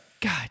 God